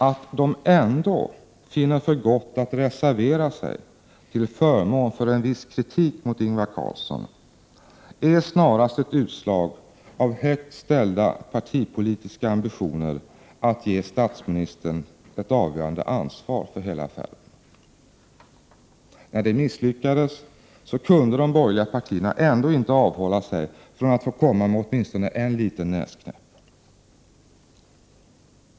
Att de ändå finner för gott att reservera sig till förmån för en viss kritik mot Ingvar Carlsson är snarast ett utslag av högt ställda partipolitiska ambitioner att ge statsministern ett avgörande ansvar för hela affären. När det misslyckades, kunde de borgerliga partierna ändå inte avhålla sig från att få komma med åtminstone en liten näsknäpp.